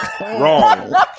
Wrong